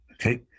Okay